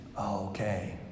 Okay